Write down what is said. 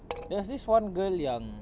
there was this one girl yang